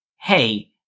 hey